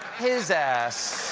his ass.